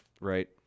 right